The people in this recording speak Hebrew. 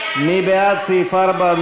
מי בעד סעיף 4?